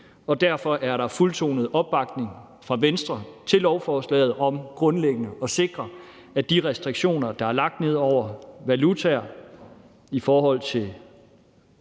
derfor er der fuldtonet opbakning fra Venstre til lovforslaget om grundlæggende at sikre, at de restriktioner, der er lagt ned over valutaer i forhold til